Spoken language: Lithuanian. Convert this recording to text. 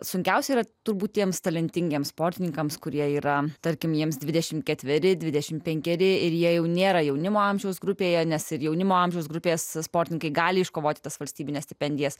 sunkiausia yra turbūt tiems talentingiems sportininkams kurie yra tarkim jiems dvidešimt ketveri dvidešimt penkeri ir jie jau nėra jaunimo amžiaus grupėje nes ir jaunimo amžiaus grupės sportininkai gali iškovoti tas valstybines stipendijas